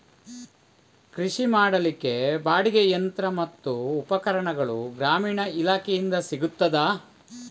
ಕೃಷಿ ಮಾಡಲಿಕ್ಕೆ ಬಾಡಿಗೆಗೆ ಯಂತ್ರ ಮತ್ತು ಉಪಕರಣಗಳು ಗ್ರಾಮೀಣ ಇಲಾಖೆಯಿಂದ ಸಿಗುತ್ತದಾ?